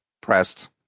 pressed